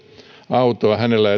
autoa hänellä